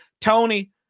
Tony